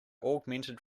augmented